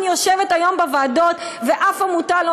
אני יושבת היום בוועדות ואף עמותה לא